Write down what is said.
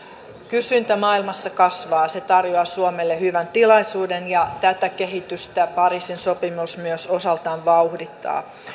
kysyntä maailmassa kasvaa se tarjoaa suomelle hyvän tilaisuuden ja tätä kehitystä pariisin sopimus myös osaltaan vauhdittaa